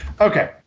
Okay